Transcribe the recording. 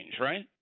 right